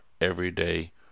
everyday